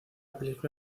película